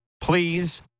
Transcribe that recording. Please